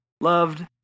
loved